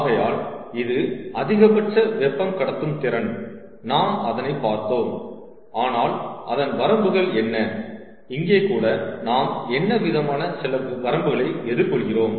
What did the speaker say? ஆகையால் இது அதிகபட்ச வெப்பம் கடத்தும் திறன் நாம் அதனை பார்த்தோம் ஆனால் அதன் வரம்புகள் என்ன இங்கே கூட நாம் என்ன விதமான சில வரம்புகளை எதிர்கொள்கிறோம்